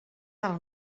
del